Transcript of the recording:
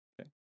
Okay